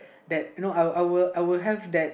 that you know you know I will have that